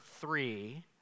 three